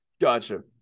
Gotcha